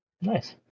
Nice